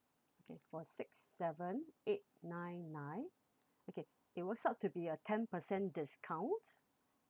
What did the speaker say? okay four six seven eight nine nine okay it works out to be a ten percent discount